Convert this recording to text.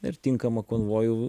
ir tinkamą konvojų